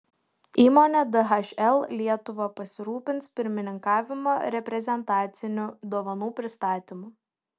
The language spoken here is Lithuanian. įmonė dhl lietuva pasirūpins pirmininkavimo reprezentacinių dovanų pristatymu